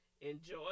enjoy